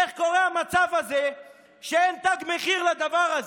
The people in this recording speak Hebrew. איך קורה המצב הזה שאין תג מחיר לדבר הזה?